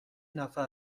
نفر